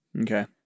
Okay